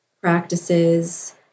practices